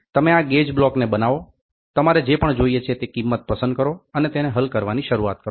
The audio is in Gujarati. તમે આ ગેજ બ્લોકને બનાવો તમારે જે પણ જોઈએ છે તે કિંમત પસંદ કરો અને તેને હલ કરવાની શરૂઆત કરો